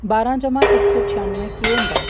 बारां जमा इक सौ छयानवे केह् होंदा ऐ